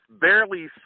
barely